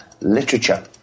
literature